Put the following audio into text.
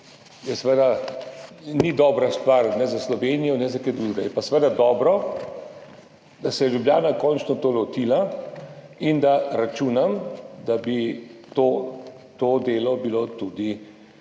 seveda ni dobra stvar ne za Slovenijo ne za kaj drugega. Je pa seveda dobro, da se je Ljubljana končno tega lotila in da računam, da bi to delo bilo tudi